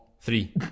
Three